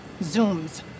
Zooms